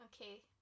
Okay